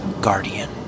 Guardian